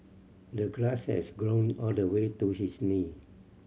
the grass has grown all the way to his knee